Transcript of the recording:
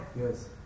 Yes